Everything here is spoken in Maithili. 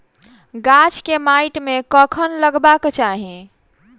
गाछ केँ माइट मे कखन लगबाक चाहि?